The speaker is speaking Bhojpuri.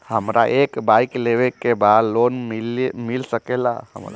हमरा एक बाइक लेवे के बा लोन मिल सकेला हमरा?